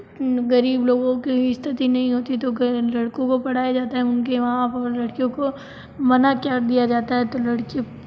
ग़ रीब लोगों की स्थिति नहीं होती तो लड़कों को पढ़ाया जाता है उनके वहाँ पर लड़कियों को मना कर दिया जाता है तो लड़की